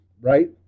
right